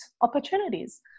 opportunities